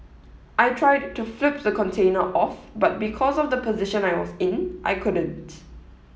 I tried to flip the container off but because of the position I was in I couldn't